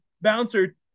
bouncer